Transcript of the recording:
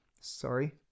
Sorry